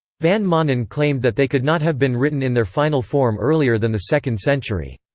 van manen claimed that they could not have been written in their final form earlier than the second century.